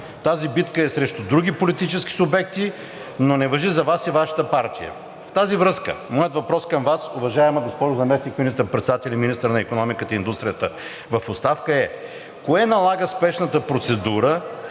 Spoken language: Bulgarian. Тази битка е срещу други политически субекти, но не важи за Вас и Вашата партия. В тази връзка моят въпрос към Вас, уважаема госпожо Заместник министър-председател и министър на икономиката и индустрията в оставка е: кое налага спешната процедура